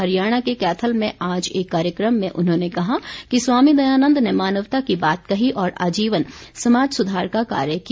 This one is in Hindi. हरियाणा के कैथल में आज एक कार्यक्रम में उन्होंने कहा कि स्वामी दयानन्द ने मानवता की बात कही और आजीवन समाज सुधार का कार्य किया